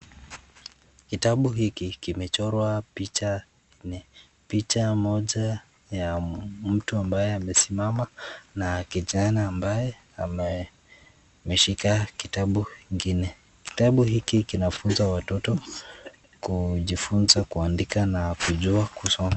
Kitabu hiki kimechorwa picha nne, picha moja ya mtu ambaye amesimama na kijana ambaye ameshika kitabu kingine. Kitabu hiki kinafunza watoto kujifunza kuandika na kujua kusoma.